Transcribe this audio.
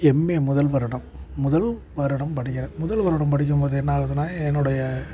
MA முதல் வருடம் முதல் வருடம் படிக்கிறேன் முதல் வருடம் படிக்கும்போது என்ன ஆகுதுனா என்னுடைய